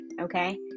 okay